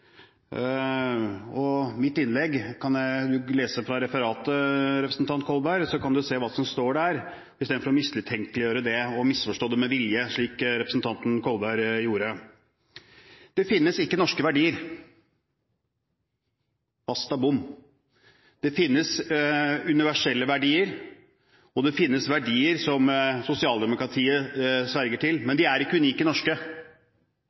langt. Mitt innlegg kan leses i referatet, og representanten Kolberg kan se hva som står der, i stedet for å mistenkeliggjøre og misforstå det med vilje, slik representanten Kolberg gjorde. Det finnes ikke norske verdier – basta bom. Det finnes universelle verdier, og det finnes verdier som sosialdemokratiet sverger til, men de er ikke unikt norske.